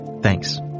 Thanks